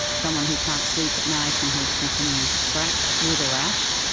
someone who can't sleep at night and who is continuing to scratch, with a rash.